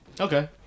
Okay